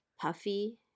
puffy